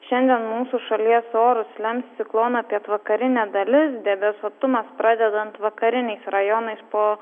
šiandien mūsų šalies orus lems ciklono pietvakarinė dalis debesuotumas pradedant vakariniais rajonais o